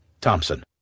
Thompson